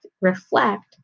reflect